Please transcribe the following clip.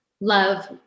love